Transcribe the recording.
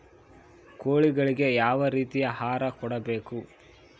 ಕೋಳಿಗಳಿಗೆ ಯಾವ ರೇತಿಯ ಆಹಾರ ಕೊಡಬೇಕು?